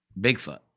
Bigfoot